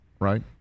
right